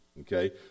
okay